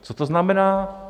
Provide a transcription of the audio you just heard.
Co to znamená?